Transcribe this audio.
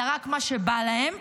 אלא רק מה שבא להם,